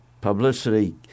publicity